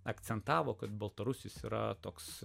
akcentavo kad baltarusis yra toks